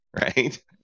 right